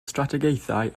strategaethau